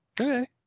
Okay